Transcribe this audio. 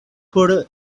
por